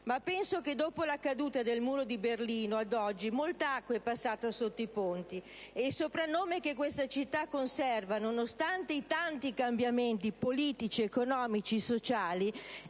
Ma penso che, dalla caduta del muro di Berlino ad oggi, molta acqua sia passata sotto i ponti, e il soprannome che questa città conserva, nonostante i tanti cambiamenti politici, economici e sociali,